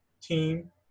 team